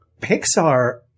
Pixar